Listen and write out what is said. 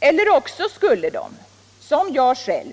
Eller också skulle de, som jag själv,